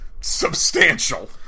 substantial